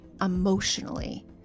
emotionally